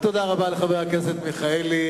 תודה רבה לחבר הכנסת מיכאלי.